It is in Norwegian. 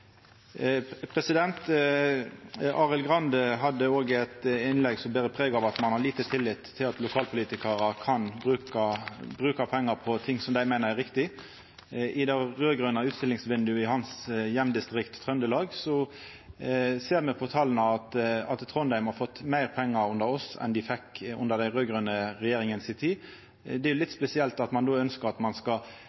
Arild Grande hadde òg eit innlegg som bar preg av at ein har liten tillit til at lokalpolitikarar kan bruka pengar på ting dei meiner er riktig. I det raud-grøne utstillingsvindauga i heimdistriktet hans, Trøndelag, ser me av tala at Trondheim har fått meir pengar under vår regjering enn dei fekk i den raud-grøne regjeringas tid. Det er litt